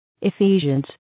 Ephesians